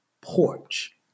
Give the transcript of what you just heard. porch